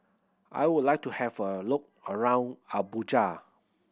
I would like to have a look around Abuja